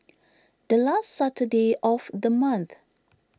the last Saturday of the month